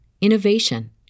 innovation